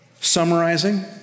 summarizing